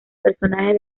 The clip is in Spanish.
personaje